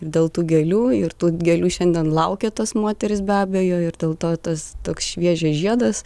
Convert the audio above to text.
ir dėl tų gėlių ir tų gėlių šiandien laukia tos moterys be abejo ir dėl to tas toks šviežias žiedas